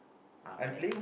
uh my nephew